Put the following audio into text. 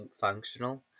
functional